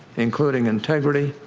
including integrity,